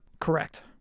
Correct